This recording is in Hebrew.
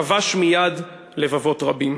כבש מייד לבבות רבים.